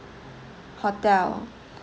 hotel